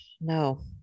No